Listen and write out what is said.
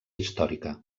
històrica